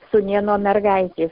sūnėno mergaitė